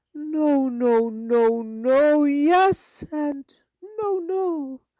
no no, no no, yes, and no, no,